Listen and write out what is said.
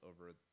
over